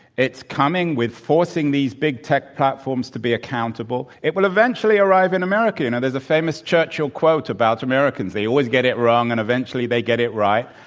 it's coming with forcing these big tech platforms to be accountable. it will eventually arrive in america. you know, there's a famous churchill quote about americans they always get it wrong, and eventually they get it right.